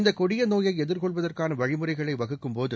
இந்த கொடிய நோயை எதிர்கொள்வதற்காள வழிமுறைகளை வகுக்கும்போது